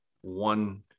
one